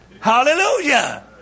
Hallelujah